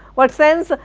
what sense,